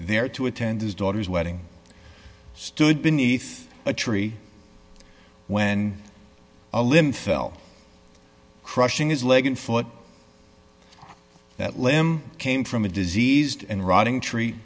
there to attend his daughter's wedding stood beneath a tree when a limb fell crushing his leg and foot that limb came from a diseased and rotting tree